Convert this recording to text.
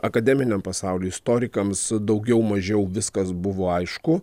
akademiniam pasauliui istorikams daugiau mažiau viskas buvo aišku